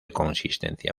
consistencia